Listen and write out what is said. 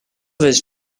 was